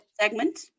segment